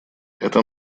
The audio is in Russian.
эта